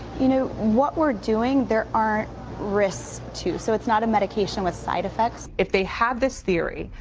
you know what we're doing there aren't risks to. so it's not a medication with side effects. if they have this therapy,